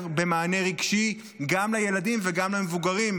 במענה רגשי גם לילדים וגם למבוגרים.